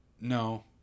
no